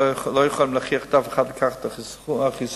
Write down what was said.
לא יכולים להכריח אף אחד לקחת את החיסון.